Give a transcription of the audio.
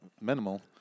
minimal